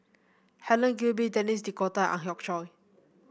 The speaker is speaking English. Helen Gilbey Denis D'Cotta Ang Hiong Chiok